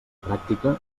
pràctica